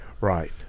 Right